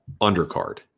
undercard